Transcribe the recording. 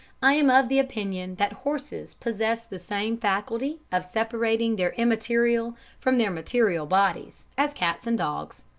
i am of the opinion that horses possess the same faculty of separating their immaterial from their material bodies, as cats and dogs.